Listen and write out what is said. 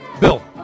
Bill